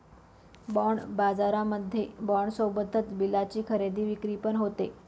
bond बाजारामध्ये bond सोबतच बिलाची खरेदी विक्री पण होते